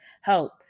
help